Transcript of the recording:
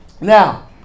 now